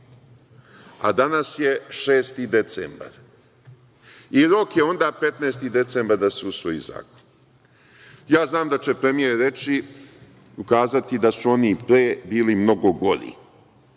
a danas je 6. decembar i rok je onda 15. decembar da se usvoji zakon. Ja znam da će premijer reći, ukazati da su oni pre bili mnogo gori,